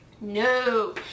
No